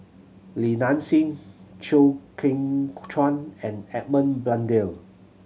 Li Nanxing Chew Kheng Chuan and Edmund Blundell